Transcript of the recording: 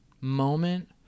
moment